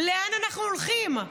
לאן אנחנו הולכים,